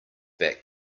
bat